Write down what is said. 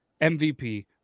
MVP